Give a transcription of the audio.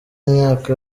imyaka